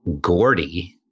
Gordy